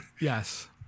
yes